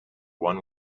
one